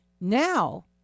now